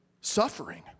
suffering